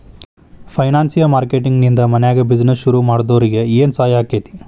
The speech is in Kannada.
ಫೈನಾನ್ಸಿಯ ಮಾರ್ಕೆಟಿಂಗ್ ನಿಂದಾ ಮನ್ಯಾಗ್ ಬಿಜಿನೆಸ್ ಶುರುಮಾಡ್ದೊರಿಗೆ ಏನ್ಸಹಾಯಾಕ್ಕಾತಿ?